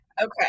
Okay